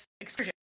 excursion